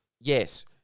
Yes